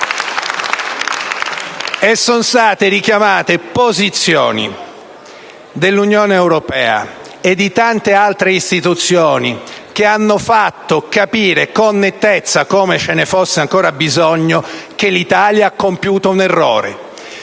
Sono state richiamate posizioni dell'Unione europea e di tante altre istituzioni, che hanno fatto capire con nettezza, se ce ne fosse ancora bisogno, che l'Italia ha compiuto un errore.